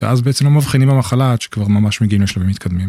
ואז בעצם לא מבחינים במחלה עד שכבר ממש מגיעים לשלבים מתקדמים.